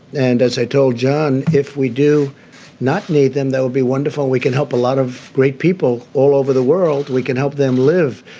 and as i told john, if we do not need them, they will be wonderful. we can help a lot of great people all over the world. we can help them live.